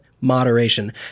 moderation